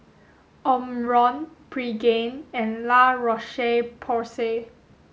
Omron Pregain and La Roche Porsay